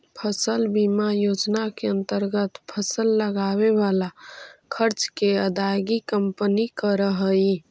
फसल बीमा योजना के अंतर्गत फसल लगावे वाला खर्च के अदायगी कंपनी करऽ हई